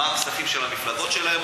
מה הם עושים בכספים של המפלגות שלהם.